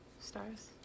stars